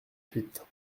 huit